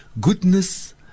goodness